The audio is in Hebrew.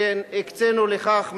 והקצינו לכך משאבים.